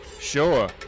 Sure